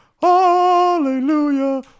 hallelujah